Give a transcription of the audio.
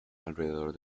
alrededor